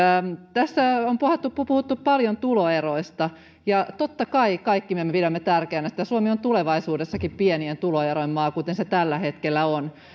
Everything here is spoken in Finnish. tässä on puhuttu puhuttu paljon tuloeroista totta kai me kaikki pidämme tärkeänä että suomi on tulevaisuudessakin pienien tuloerojen maa kuten se tällä hetkellä on